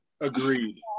agreed